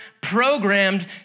programmed